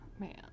Man